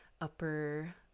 upper